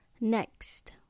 Next